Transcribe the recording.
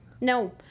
No